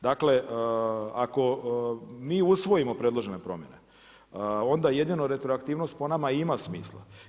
Dakle, ako mi usvojimo predložene promjene, onda jedino retroaktivnost po nama ima smisla.